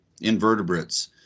invertebrates